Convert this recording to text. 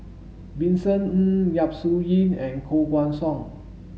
Vincent Ng Yap Su Yin and Koh Guan Song